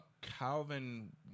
Calvin